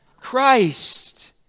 Christ